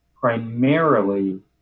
primarily